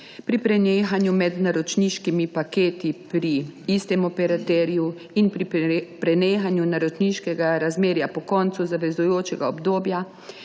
pri prehajanju med naročniškimi paketi pri istem operaterju in pri prenehanju naročniškega razmerja po koncu zavezujočega obdobja